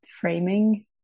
framing